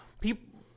people